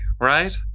right